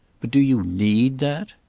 but do you need that?